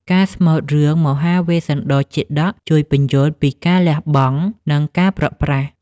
ការស្មូតរឿងមហាវេស្សន្តរជាតក ជួយពន្យល់ពីការលះបង់ និងការព្រាត់ប្រាស។